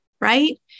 right